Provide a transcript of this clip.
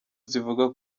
zivuga